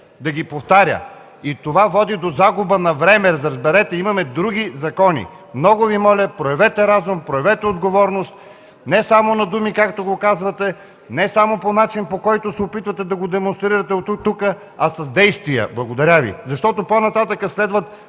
да ги повтаря. И това води до загуба на време. Разберете, имаме други закони. Много Ви моля, проявете разум, проявете отговорност не само на думи, както го казвате, не само по начин, по който се опитвате да го демонстрирате тук, а с действия. Защото по-нататък следват